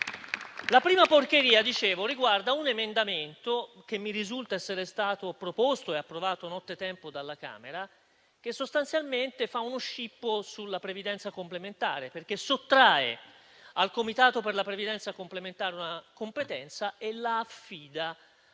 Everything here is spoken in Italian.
La prima porcheria, come dicevo, riguarda un emendamento che mi risulta essere stato proposto e approvato nottetempo dalla Camera, che sostanzialmente fa uno scippo sulla previdenza complementare, perché sottrae al Comitato per la previdenza complementare una competenza e l'affida